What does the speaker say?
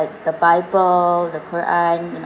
like the bible the quran you know